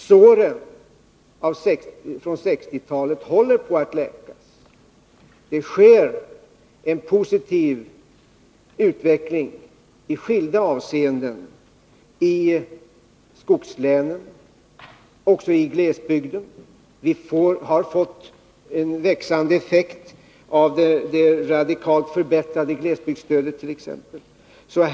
Såren från 1960-talet håller på att läkas. Det sker en positiv utveckling i skilda avseenden i skogslänen, också i glesbygden. Vi har fått en växande effekt av det radikalt förbättrade glesbygdsstödet t.ex.